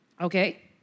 Okay